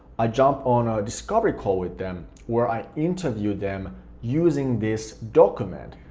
i jump on a discovery call with them where i interview them using this document,